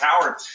power